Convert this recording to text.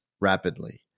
rapidly